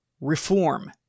reform